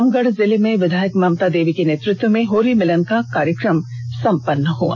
रामगढ़ जिले में विधायक ममता देवी के नेतृत्व में होली मिलन का कार्यक्रम संपन्न हुआ